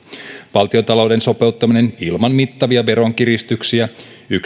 valtiontalouden sopeuttaminen ilman mittavia veronkiristyksiä